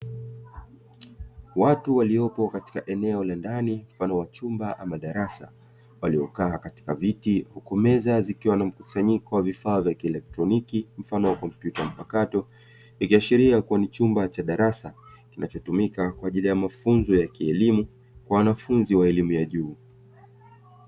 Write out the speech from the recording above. Watu wlaiopo katika eneo la ndani mfano wa chumba ama darasa, waliokaa katika viti huku meza zikiwa na mkusanyiko wa vifaa vya kielektroniki mfano wa kompyuta mpakato, ikiashiria kuwa ni chumba mfano wa cha darasa kinachotumika kwa ajili ya mafunzo ya kielimu, kwa wanafunzi wa elimu ya juu.